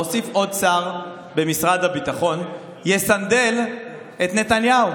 להוסיף עוד שר במשרד הביטחון יסנדל את נתניהו.